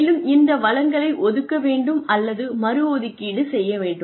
மேலும் இந்த வளங்களை ஒதுக்க வேண்டும் அல்லது மறு ஒதுக்கீடு செய்ய வேண்டும்